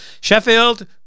Sheffield